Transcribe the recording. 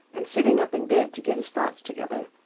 and sitting up in bed to get his thoughts together,